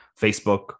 Facebook